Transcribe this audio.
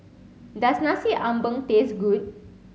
does Nasi Ambeng taste good